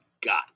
got